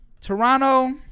Toronto